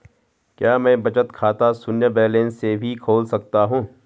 क्या मैं बचत खाता शून्य बैलेंस से भी खोल सकता हूँ?